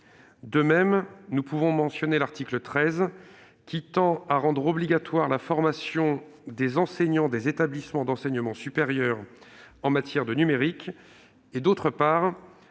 De même, nous pouvons mentionner l'article 13, qui tend, d'une part, à rendre obligatoire la formation des enseignants des établissements d'enseignement supérieur en matière de numérique et, d'autre part,